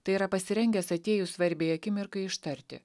tai yra pasirengęs atėjus svarbiai akimirkai ištarti